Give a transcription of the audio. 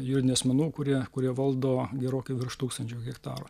juridinių asmenų kurie kurie valdo gerokai virš tūkstančio hektarų